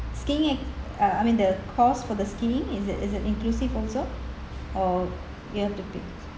skiing ac~ uh I mean the cost for the skiing is it is it inclusive also or you have to pay